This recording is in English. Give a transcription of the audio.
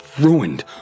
ruined